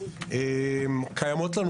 קיימות לנו